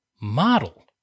model